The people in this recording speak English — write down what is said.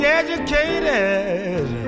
educated